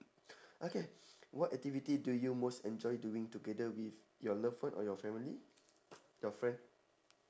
okay what activity do you most enjoy doing together with your love one or your family your friend